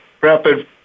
rapid